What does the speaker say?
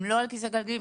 הם לא על כיסא גלגלים.